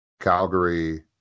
Calgary